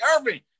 Irving